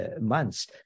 months